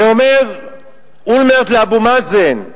כשאומר אולמרט לאבו מאזן: